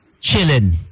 chilling